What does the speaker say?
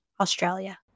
Australia